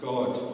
God